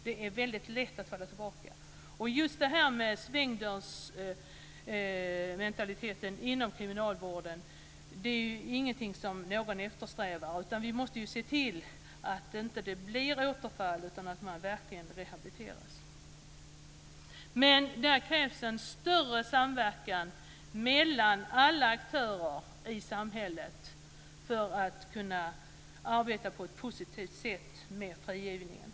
Det är väldigt lätt att falla tillbaka. Just detta med svängdörrsmentaliteten inom kriminalvården är ingenting som någon eftersträvar. Vi måste se till att det inte blir återfall utan att de intagna verkligen rehabiliteras. Men det krävs en större samverkan mellan alla aktörer i samhället för att man ska kunna arbeta på ett positivt sätt med frigivningen.